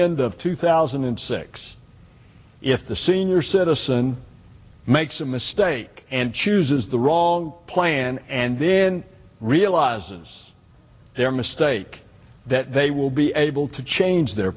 end of two thousand and six if the senior citizen makes a mistake and chooses the wrong plan and then realizes their mistake that they will be able to change their